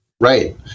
right